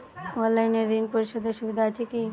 অনলাইনে ঋণ পরিশধের সুবিধা আছে কি?